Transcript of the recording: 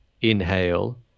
inhale